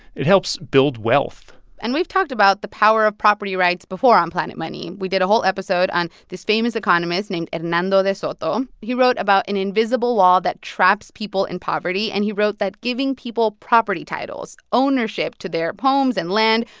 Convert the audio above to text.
it helps build wealth and we've talked about the power of property rights before on planet money. we did a whole episode on this famous economist named and hernando de soto. he wrote about an invisible law that traps people in poverty. and he wrote that giving people property titles, ownership to their homes and land,